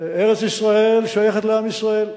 ארץ-ישראל שייכת לעם ישראל,